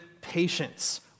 patience